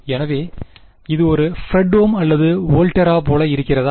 எனவே இது ஒரு ஃப்ரெட்ஹோம் அல்லது வோல்டெரா போல இருக்கிறதா